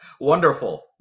wonderful